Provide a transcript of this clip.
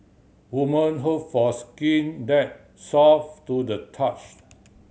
women hope for skin that soft to the touch